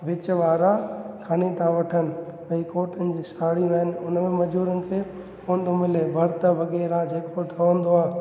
विच वारा खणी था वठनि भई कोटनि जूं साड़ियूं आहिनि हुन में मज़ूरनि खे कोन थो मिले बर्थ वग़ैरह जेको ठहंदो आहे